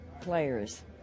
players